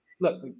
look